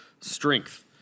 strength